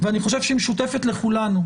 ואני חושב שהיא משותפת לכולנו,